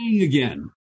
Again